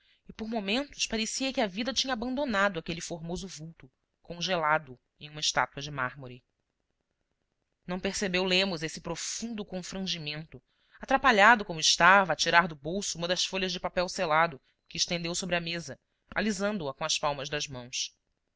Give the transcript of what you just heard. e por momentos parecia que a vida tinha abandonado aquele formoso vulto congelado em uma estátua de mármore não percebeu lemos esse profundo confrangimento atrapalhado como estava a tirar do bolso uma das folhas de papel selado que estendeu sobre a mesa alisando a com as palmas das mãos